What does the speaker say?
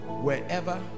wherever